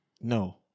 No